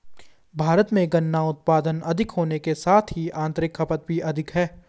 भारत में गन्ना उत्पादन अधिक होने के साथ ही आतंरिक खपत भी अधिक है